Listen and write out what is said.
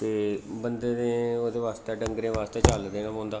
ते बंदें ते ओह्दे आस्तै डंगरें आस्तै झल्ल देने पौंदा